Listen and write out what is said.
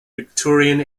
victorian